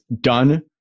done